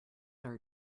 are